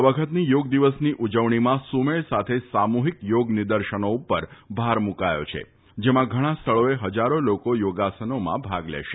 આ વખતની યોગ દિવસની ઉજવણીમાં સુમેળ સાથે સામુહિક યોગનિદર્શનો ઉપર ભાર મુકાયો છે જેમાં ઘણાં સ્થળોએ ફજારો લોકો યોગાસનોમાં ભાગ લેશે